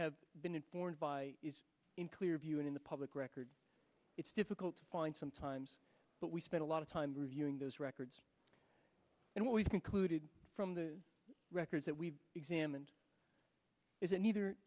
have been informed by is in clear view and in the public record it's difficult to find sometimes but we spent a lot of time reviewing those records and what we've concluded from the records that we've examined is that neither